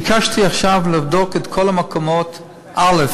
ביקשתי עכשיו לבדוק את כל המקומות, א.